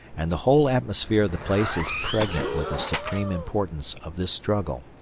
and the whole atmosphere of the place is pregnant with the supreme importance of this struggle,